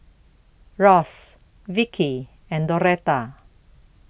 Ross Vicky and Doretha